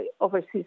Overseas